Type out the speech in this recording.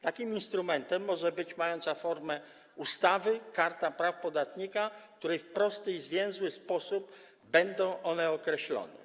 Takim instrumentem może być mająca formę ustawy Karta Praw Podatnika, w której w prosty i zwięzły sposób będą one określone.